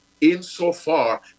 insofar